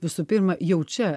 visų pirma jau čia